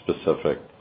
specific